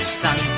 sun